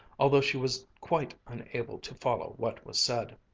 although she was quite unable to follow what was said.